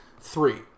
three